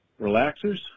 relaxers